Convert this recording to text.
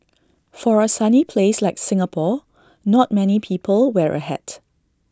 for A sunny place like Singapore not many people wear A hat